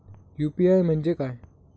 UPI म्हणजे काय?